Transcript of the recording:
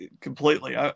completely